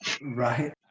Right